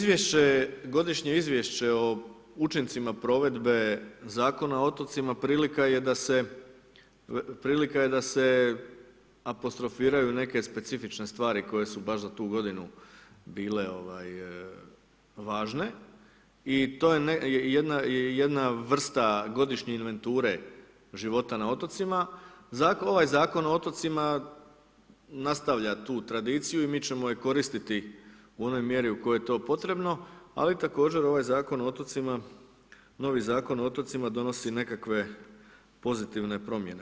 Izvješće, godišnje izvješće o učincima provedbe Zakona o otocima prilika je da se apostrofiraju neke specifične stvari koje su baš za tu godinu bile ovaj važne i to je jedna vrsta godišnje inventure života na otocima, ovaj Zakon o otocima nastavlja tu tradiciju i mi ćemo je koristi u onoj mjeri u kojoj je to potrebno, ali također ovaj zakon o otocima, novi Zakon o otocima donosi nekakve pozitivne promjene.